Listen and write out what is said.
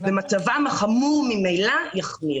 ייפלו בין הכיסאות ומצבן החמור ממילא יחמיר.